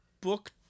Book